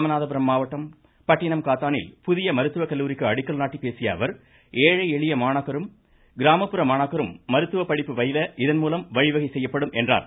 ராமநாதபுரம் மாவட்டம் பட்டினம்காத்தானில் புதிய மருத்துவ கல்லூரிக்கு அடிக்கல் நாடடிப்பேசியஅவர் ஏழை எளிய மாணாக்கருக்கும் கிராமப்புற மாணாக்கருக்கும் மருத்துவ படிப்பு பயில இதுவழி வகை செய்யும் என்றார்